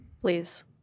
Please